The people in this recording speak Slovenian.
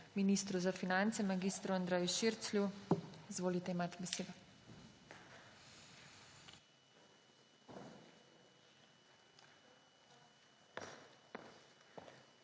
ministru za finance mag. Andreju Širclju. Izvolite, imate besedo.